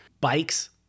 bikes